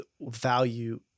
value